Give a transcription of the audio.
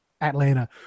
Atlanta